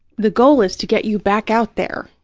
the goal is to get you back out there